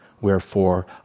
Wherefore